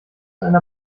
einer